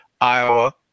Iowa